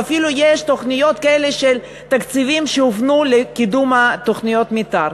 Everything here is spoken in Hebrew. ואפילו יש תוכניות כאלה של תקציבים שהופנו לקידום תוכניות המתאר.